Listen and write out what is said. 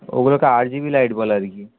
ওগুলোকে R G B light বলে আর কি